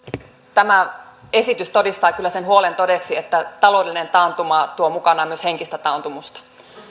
tämä esitys todistaa kyllä sen huolen todeksi että taloudellinen taantuma tuo mukanaan myös henkistä taantumusta